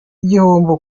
igihombo